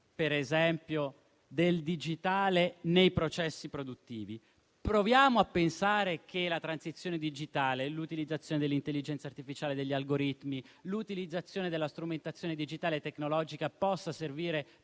l'applicazione del digitale nei processi produttivi. Proviamo a pensare che la transizione digitale e l'utilizzo dell'intelligenza artificiale, degli algoritmi e della strumentazione digitale e tecnologica possano servire